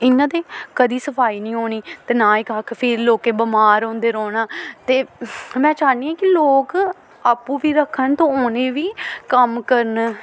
इ'यां ते कदें सफाई निं होनी ते ना एह् कक्ख फिर लोकें बमार होंदे रौह्ना ते में चाह्न्नी आं कि लोक आपूं बी रक्खन ते उ'नें बी कम्म करन